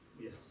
Yes